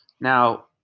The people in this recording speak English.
now